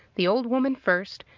the old woman first,